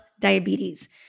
diabetes